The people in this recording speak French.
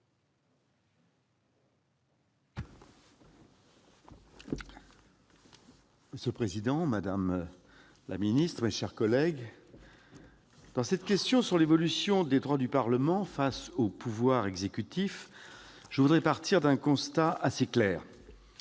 Monsieur le président, madame la garde des sceaux, mes chers collègues, dans ce débat sur l'évolution des droits du Parlement face au pouvoir exécutif, je partirai d'un constat assez clair